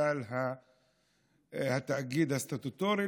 בגלל התאגיד הסטטוטורי,